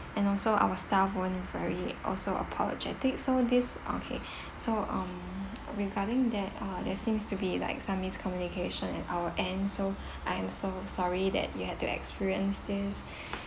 and also our staff weren't very also apologetic so this okay so um regarding that uh there seems to be like some miscommunication at our end so I am so sorry that you had to experience this